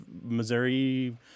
Missouri